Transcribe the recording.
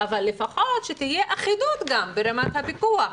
אבל לפחות שתהיה אחידות ברמת הפיקוח.